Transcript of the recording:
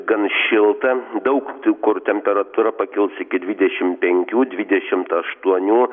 gan šilta daug kur temperatūra pakils iki dvidešimt penkių dvidešimt aštuonių